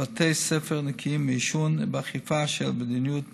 בתי ספר נקיים מעישון ובאכיפה של מדיניות